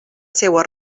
seua